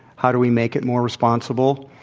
how do we make it more responsible?